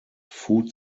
food